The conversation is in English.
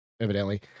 Evidently